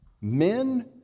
men